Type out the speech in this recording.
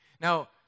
Now